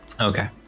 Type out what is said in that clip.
okay